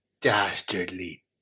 Dastardly